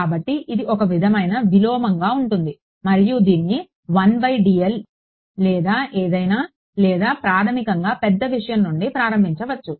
కాబట్టి ఇది ఒక విధమైన విలోమంగా ఉంటుంది మీరు దీన్ని 1 ద్వారా dl లేదా ఏదైనా లేదా ప్రాథమికంగా పెద్ద విషయం నుండి ప్రారంభించవచ్చు